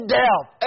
death